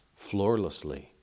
floorlessly